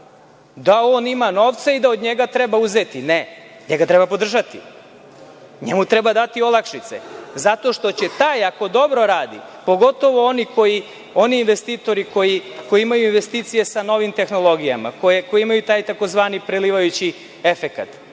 da on ima novca i da od njega treba uzeti. Ne, njega treba podržati, njemu treba dati olakšice. Zato što će taj, ako dobro radi, pogotovo oni investitori koji imaju investicije sa novim tehnologijama, koji imaju taj tzv. prelivajući efekat,